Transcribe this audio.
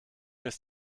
ist